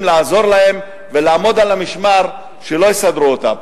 לעזור להם ולעמוד על המשמר שלא יסדרו אותם.